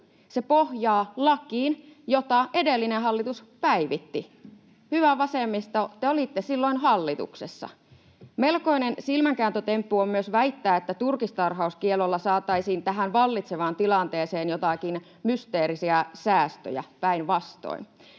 Se pohjaa lakiin, jota edellinen hallitus päivitti. Hyvä vasemmisto, te olitte silloin hallituksessa. Melkoinen silmänkääntötemppu on myös väittää, että turkistarhauskiellolla saataisiin tähän vallitsevaan tilanteeseen joitakin mysteerisiä säästöjä, päinvastoin.